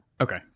Okay